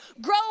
Grow